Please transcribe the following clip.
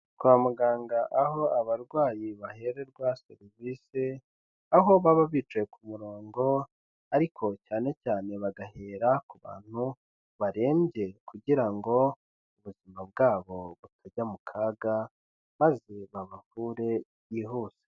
Kwa muganga aho abarwayi bahererwa serivisi, aho baba bicaye ku murongo ariko cyane cyane bagahera ku bantu barembye, kugira ngo ubuzima bwabo butajya mu kaga, maze babavure byihuse.